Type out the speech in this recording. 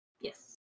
Yes